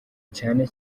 cyane